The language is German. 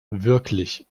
wirklich